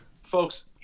Folks